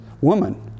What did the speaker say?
Woman